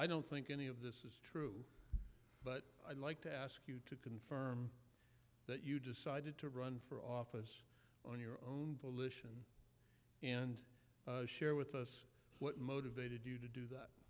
i don't think any of this is true but i'd like to ask you to confirm that you decided to run for office on your own volition and share with us what motivated you to do